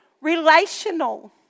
relational